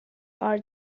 are